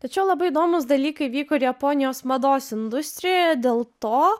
tačiau labai įdomūs dalykai vyko ir japonijos mados industrijoje dėl to